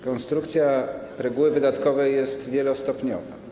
Konstrukcja reguły wydatkowej jest wielostopniowa.